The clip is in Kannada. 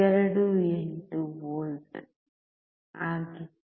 28 V ಆಗಿತ್ತು